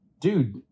dude